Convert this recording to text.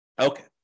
Okay